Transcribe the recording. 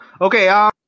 Okay